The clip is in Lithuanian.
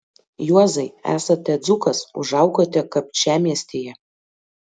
juozai esate dzūkas užaugote kapčiamiestyje